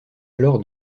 alors